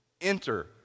enter